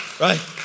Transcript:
Right